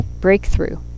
breakthrough